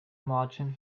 margin